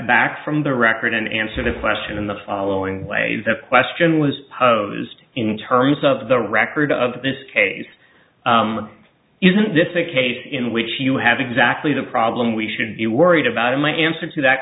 back from the record and answer the question in the following way the question was posed in terms of the record of this case isn't this a case in which you have exactly the problem we should be worried about and my answer to that